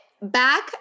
back